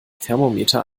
thermometer